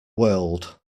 world